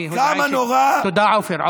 כמה נורא, תודה, עופר.